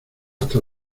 hasta